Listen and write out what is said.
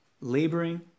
laboring